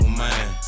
man